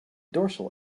dorsal